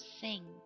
sing